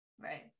right